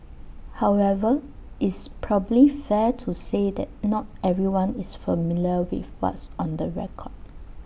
however is probably fair to say that not everyone is familiar with what's on the record